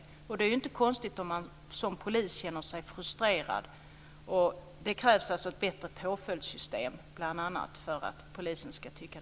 Då är det inte konstigt om man som polis känner sig frustrerad.